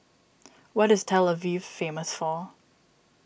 what is Tel Aviv famous for